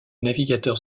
navigateurs